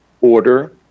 order